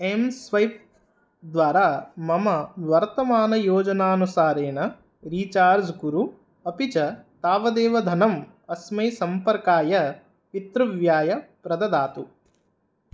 mSwipe द्वारा मम वर्तमानयोजनानुसारेण रीचार्ज् कुरु अपि च तावदेव धनम् अस्मै सम्पर्काय पितृव्याय प्रददातु